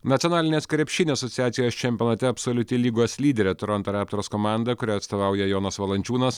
nacionalinės krepšinio asociacijos čempionate absoliuti lygos lyderė toronto raptors komanda kurią atstovauja jonas valančiūnas